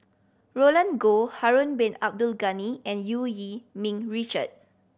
Roland Goh Harun Bin Abdul Ghani and Eu Yee Ming Richard